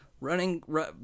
running